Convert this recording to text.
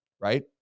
right